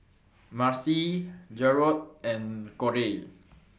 Marcy Jarod and Korey